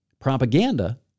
Propaganda